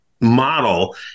model